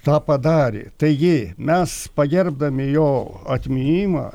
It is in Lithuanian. tą padarė taigi mes pagerbdami jo atminimą